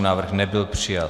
Návrh nebyl přijat.